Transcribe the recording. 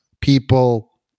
people